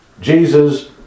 Jesus